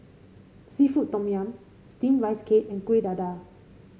seafood Tom Yum steam Rice Cake and Kuih Dadar